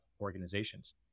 organizations